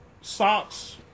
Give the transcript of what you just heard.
socks